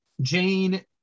Jane